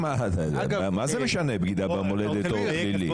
מה זה משנה בגידה במולדת או פלילי?